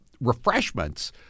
refreshments